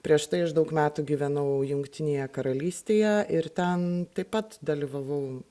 prieš tai aš daug metų gyvenau jungtinėje karalystėje ir ten taip pat dalyvavau